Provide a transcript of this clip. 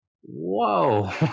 Whoa